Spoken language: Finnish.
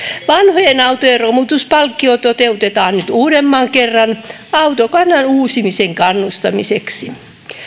vanhojen autojen romutuspalkkio toteutetaan nyt uudemman kerran autokannan uusimisen kannustamiseksi